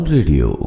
Radio